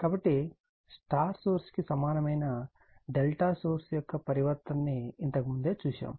కాబట్టి Y సోర్స్కు సమానమైన Δ సోర్స్ యొక్క పరివర్తనని ఇంతకుముందే చూశాము